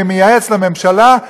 ממייעץ לממשלה,